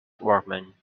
workman